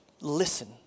listen